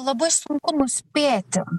labai sunku nuspėti